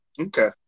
Okay